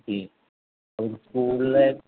പിന്നെ അവൻ സ്കൂളിലെ